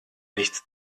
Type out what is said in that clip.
nichts